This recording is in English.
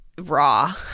Raw